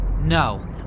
No